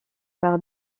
par